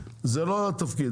זה לא התפקיד.